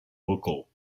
local